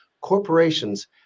corporations